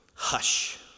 hush